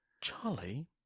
Charlie